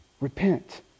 Repent